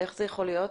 איך זה יכול להיות?